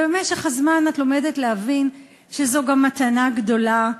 ובמשך הזמן את לומדת להבין שזו גם מתנה גדולה,